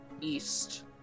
east